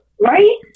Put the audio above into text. right